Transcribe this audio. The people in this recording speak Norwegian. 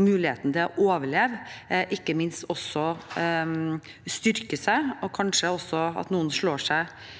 muligheten til å overleve – ikke minst bli sterkere, og kanskje noen også slår seg